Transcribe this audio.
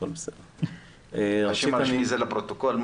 השם הרשמי זה לפרוטוקול.